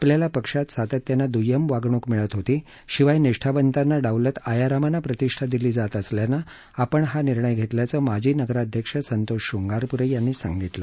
आपल्याला पक्षात सातत्यानं दुय्यम वागणूक मिळत होती शिवाय निष्ठावंताना डावलत आयारामांना प्रतिष्ठा दिली जात असल्यानं आपण हा निर्णय घेतल्याचं माजी नगराध्यक्ष संतोष श्रृंगारपुरे यांनी सांगितले